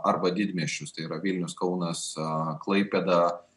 arba didmiesčius tai yra vilnius kaunas klaipėda